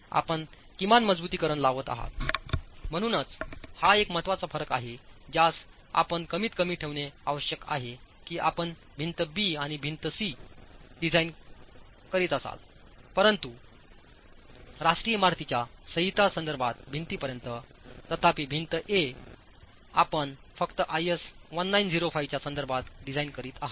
म्हणूनच हा एक महत्त्वाचा फरक आहे ज्यास आपणकमीत कमीठेवणे आवश्यक आहेकी आपण भिंती बी आणि सी डिझाइन करीत असाल परंतु राष्ट्रीय इमारतीच्या संहिता संदर्भात भिंतीपर्यंततथापि भिंत ए आपण फक्त IS 1905 च्या संदर्भात डिझाइन करीत आहात